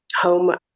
home